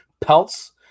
pelts